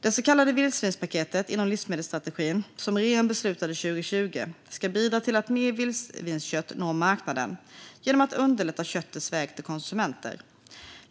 Det så kallade vildsvinspaketet inom livsmedelsstrategin, som regeringen beslutade om 2020, ska bidra till att mer vildsvinskött når marknaden genom att underlätta köttets väg till konsumenter.